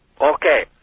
Okay